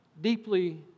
deeply